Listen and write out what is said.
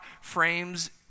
frames